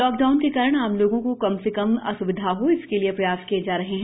lockdown के कारण आम लोगों को कम से कम अस्विधा हो इसके लिए प्रयास किये जा रहे हैं